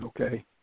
okay